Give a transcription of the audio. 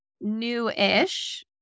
new-ish